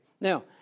Now